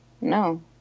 No